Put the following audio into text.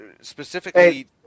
specifically